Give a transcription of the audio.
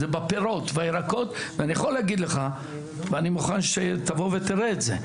זה בפירות והירקות ואני יכול להגיד לך ואני מוכן שתבוא ותראה את זה,